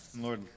Lord